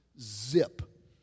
Zip